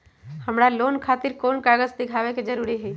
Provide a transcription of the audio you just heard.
हमरा लोन खतिर कोन कागज दिखावे के जरूरी हई?